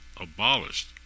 abolished